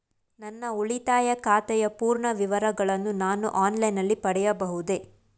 ನನ್ನ ಉಳಿತಾಯ ಖಾತೆಯ ಪೂರ್ಣ ವಿವರಗಳನ್ನು ನಾನು ಆನ್ಲೈನ್ ನಲ್ಲಿ ಪಡೆಯಬಹುದೇ?